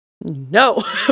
No